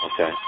Okay